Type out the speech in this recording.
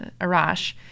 Arash